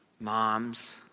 moms